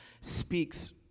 speaks